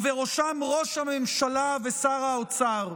ובראשם ראש הממשלה ושר האוצר.